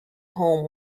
home